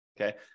Okay